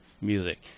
music